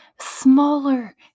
smaller